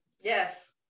yes